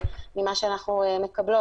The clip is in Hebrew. מה שאנחנו מקבלות,